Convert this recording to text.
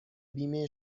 بیمه